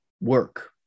work